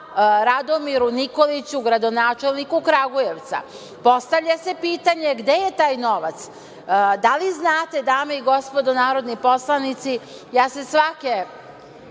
Radomiru Nikoliću, gradonačelniku Kragujevca. Postavlja se pitanje, gde je taj novac? Da li znate, dame i gospodo narodni poslanici, ja se svake